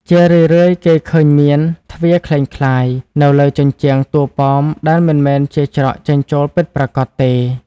ជារឿយៗ គេឃើញមាន ទ្វារក្លែងក្លាយ នៅលើជញ្ជាំងតួប៉មដែលមិនមែនជាច្រកចេញចូលពិតប្រាកដទេ។